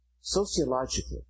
Sociologically